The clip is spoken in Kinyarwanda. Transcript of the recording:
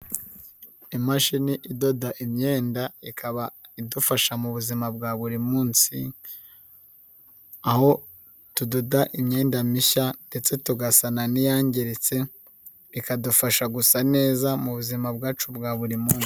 Imashini idoda imyenda ikaba idufasha mu buzima bwa buri munsi, aho tudoda imyenda mishya ndetse tugasana n'iyangiritse, bikadufasha gusa neza mu buzima bwacu bwa buri munsi.